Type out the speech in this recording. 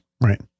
Right